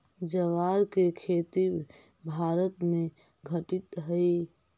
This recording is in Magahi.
ज्वार के खेती भारत में घटित हइ